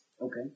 Okay